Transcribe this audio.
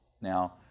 now